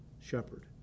shepherd